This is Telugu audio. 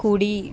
కుడి